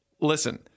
Listen